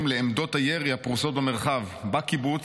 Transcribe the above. לעמדות הירי הפרושות במרחב" בקיבוץ,